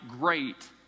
great